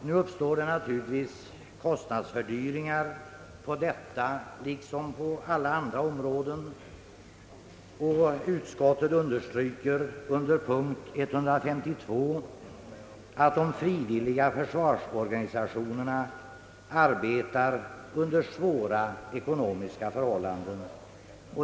Naturligtvis uppstår det kostnadsfördyringar på detta liksom på alla andra områden, och utskottet understryker i punkten 152, att de frivilliga försvarsorganisationerna arbetar under svåra ekonomiska förhållanden.